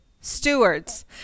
stewards